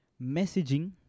Messaging